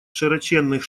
широченных